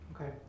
Okay